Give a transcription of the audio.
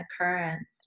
occurrence